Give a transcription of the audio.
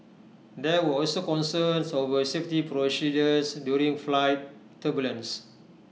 there were also concerns over safety procedures during flight turbulence